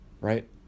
Right